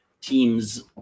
teams